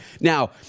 Now